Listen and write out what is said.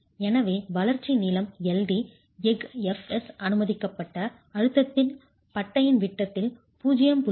எனவே வளர்ச்சி நீளம் எஃகு fs அனுமதிக்கப்பட்ட அழுத்தத்தில் பட்டையின் விட்டத்தில் 0